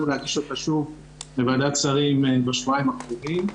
היא להגיש אותה שוב לוועדת שרים בשבועיים הקרובים.